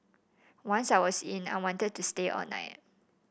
once I was in I wanted to stay all night